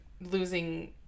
losing